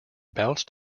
bounced